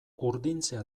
urdintzea